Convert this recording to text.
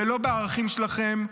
זה לא בערכים שלכם,